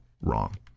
wrong